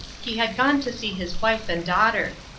he had gone to see his wife and daughter.